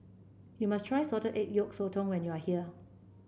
you must try Salted Egg Yolk Sotong when you are here